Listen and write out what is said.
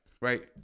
right